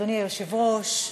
אדוני היושב-ראש,